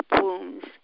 wounds